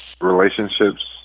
relationships